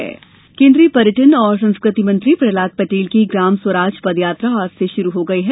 प्रहलाद पटेल केन्द्रीय पर्यटन और संस्कृति मंत्री प्रहलाद पटेल की ग्राम स्वराज पदयात्रा आज से शुरू हो गई है